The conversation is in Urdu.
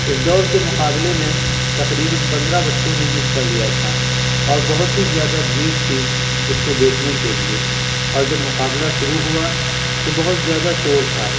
اس دوڑ کے مقابلے میں تقریباً پندرہ بچوں نے حصہ لیا تھا اور بہت ہی زیادہ بھیڑ تھی اس کو دیکھنے کے لیے اور جب مقابلہ شروع ہوا تو بہت زیادہ شور تھا